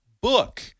book